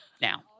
now